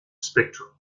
spectrum